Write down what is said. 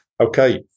Okay